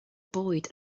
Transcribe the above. bwyd